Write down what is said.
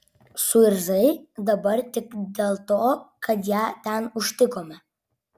suirzai dabar tik dėl to kad ją ten užtikome